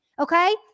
Okay